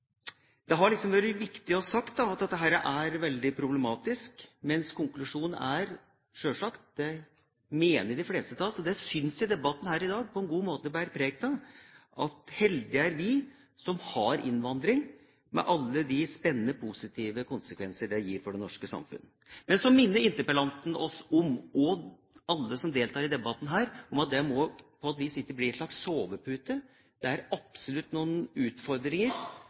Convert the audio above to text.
Det har liksom vært viktig å si at dette er veldig problematisk, mens konklusjonen sjølsagt er – det mener de fleste av oss, og det synes jeg debatten her i dag på en god måte bærer preg av – at heldige er vi som har innvandring, med alle de spennende og positive konsekvenser det gir for det norske samfunn. Men så minner interpellanten oss, alle som deltar i debatten her, om at det ikke må bli en slags sovepute. Det er absolutt noen utfordringer